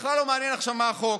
בכלל לא מעניין עכשיו מה החוק.